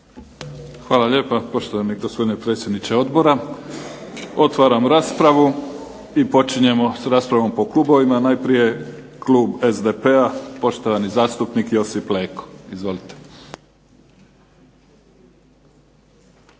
Hvala lijepa poštovani gospodine predsjedniče Odbora. Otvaram raspravu. Počinjemo s raspravom po klubovima. Najprije klub SDP-a, poštovani zastupnik Josip Leko. Izvolite.